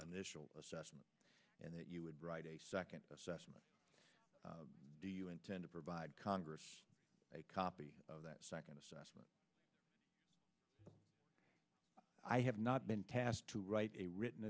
initial assessment and that you would write a second assessment do you intend to provide congress a copy of that second assessment i have not been tasked to write a written